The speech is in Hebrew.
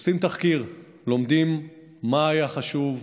עושים תחקיר: לומדים מה היה חשוב,